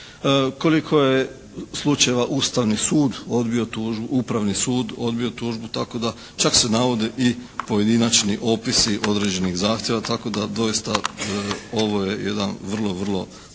koliko je slučajeva Ustavni sud odbio tužbu, Upravni sud odbio tužbu, tako da čak se navodi i pojedinačni opisi određenih zahtjeva tako da doista ovo je jedan vrlo, vrlo